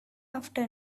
after